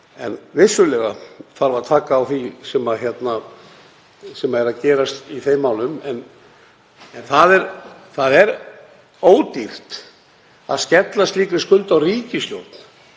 Vissulega þarf að taka á því sem er að gerast í þeim málum en það er ódýrt að skella slíkri skuld á ríkisstjórn.